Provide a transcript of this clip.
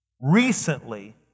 recently